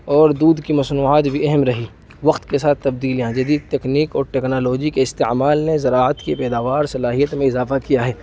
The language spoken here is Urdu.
اور دودھ کی مصنوعات بھی اہم رہی وقت کے ساتھ تبدیلیاں جدید تکنیک اور ٹیکنالوجی کے استعمال نے زراعت کی پیداوار صلاحیت میں اضافہ کیا ہے